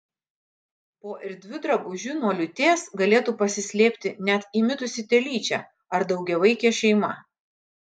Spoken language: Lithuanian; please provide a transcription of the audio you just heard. po erdviu drabužiu nuo liūties galėtų pasislėpti net įmitusi telyčia ar daugiavaikė šeima